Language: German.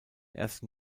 ersten